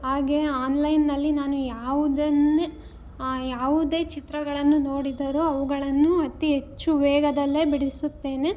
ಹಾಗೆಯೇ ಆನ್ಲೈನಿನಲ್ಲಿ ನಾನು ಯಾವುದನ್ನೇ ಯಾವುದೇ ಚಿತ್ರಗಳನ್ನು ನೋಡಿದರು ಅವುಗಳನ್ನು ಅತಿ ಹೆಚ್ಚು ವೇಗದಲ್ಲಿ ಬಿಡಿಸುತ್ತೇನೆ